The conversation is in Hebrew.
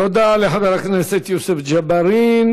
תודה לחבר הכנסת יוסף ג'בארין.